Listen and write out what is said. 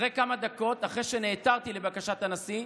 כמה דקות אחרי שנעתרתי לבקשת הנשיא,